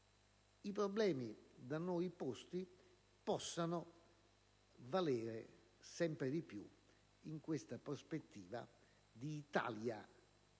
i problemi da noi posti possano valere sempre di più in questa prospettiva di Italia